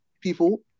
people